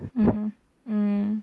mmhmm mm